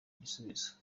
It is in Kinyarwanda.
igisubizo